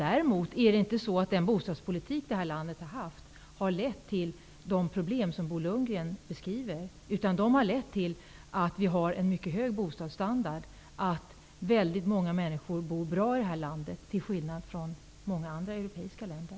Däremot har inte den bostadspolitik som vi har haft här i landet förorsakat de problem som Bo Lundgren beskriver, utan den har lett till att vi har en mycket hög bostadsstandard. Ett stort antal människor bor bra i det här landet, till skillnad från i många andra europeiska länder.